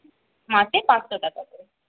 মাসে পাঁচশো টাকা করে